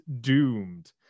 doomed